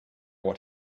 what